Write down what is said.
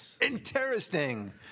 Interesting